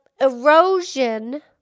erosion